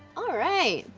alright,